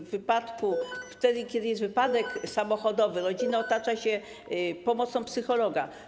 Wtedy kiedy zdarzy się wypadek samochodowy, rodzinę otacza się pomocą psychologa.